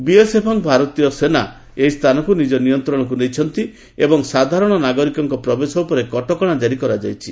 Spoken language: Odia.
ବିଏସ୍ଏଫ୍ ଏବଂ ଭାରତୀୟ ସେନା ଏହି ସ୍ଥାନକୁ ନିଜ ନିନ୍ତ୍ରଣକୁ ନେଇଛନ୍ତି ଏବଂ ସାଧାରଣ ନାଗରିକମାନଙ୍କ ପ୍ରବେଶ ଉପରେ କଟକଣା ଜାରି କରାଯାଇଛି